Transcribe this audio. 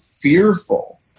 fearful